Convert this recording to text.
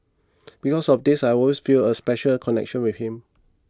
because of this I always feel a special a connection with him